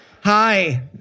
Hi